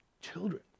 Children